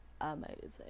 amazing